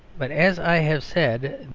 but as i have said,